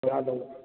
ꯚꯔꯥ ꯂꯧ